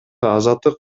азаттык